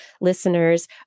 listeners